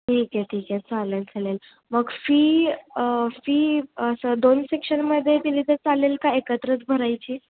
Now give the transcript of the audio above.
ठीक आहे ठीक आहे चालेल चालेल मग फी फी असं दोन सेक्शनमध्ये दिली तर चालेल का एकत्रच भरायची